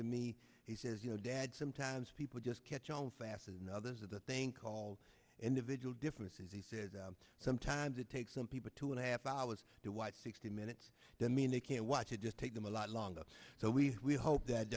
to me he says you know dad sometimes people just catch on fast another's of the thing called individual differences he says sometimes it takes some people two and a half hours to watch sixty minutes that mean they can't watch it just take them a lot longer so we hope that